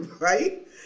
right